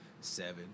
seven